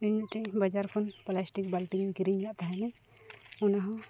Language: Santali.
ᱤᱧ ᱢᱤᱫᱴᱤᱡ ᱵᱟᱡᱟᱨ ᱠᱷᱚᱱ ᱯᱞᱟᱥᱴᱤᱠ ᱵᱟᱹᱞᱛᱤᱧ ᱠᱤᱨᱤᱧ ᱟᱠᱟᱫ ᱛᱟᱦᱮᱱᱤᱧ ᱚᱱᱟᱦᱚᱸ